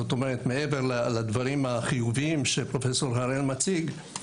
מעבר לדברים החיוביים שפרופסור הראל מציג,